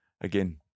again